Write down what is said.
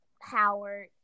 Howard